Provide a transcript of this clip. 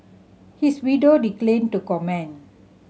his widow declined to comment